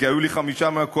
כי היו לי חמישה מהקואליציה,